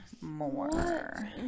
more